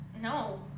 No